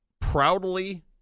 proudly